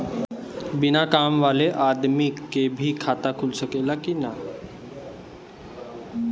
बिना काम वाले आदमी के भी खाता खुल सकेला की ना?